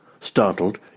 Startled